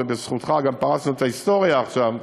ובזכותך גם פרסנו את ההיסטוריה עכשיו,